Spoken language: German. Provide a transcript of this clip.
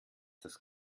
das